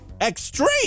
Extreme